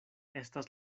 estas